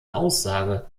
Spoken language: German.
aussage